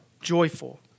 joyful